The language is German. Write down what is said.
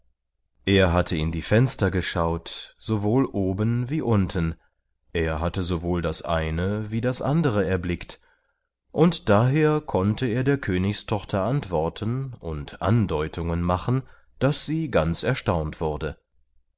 er hatte in die fenster geschaut sowohl oben wie unten er hatte sowohl das eine wie das andere erblickt und daher konnte er der königstochter antworten und andeutungen machen daß sie ganz erstaunt wurde